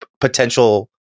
potential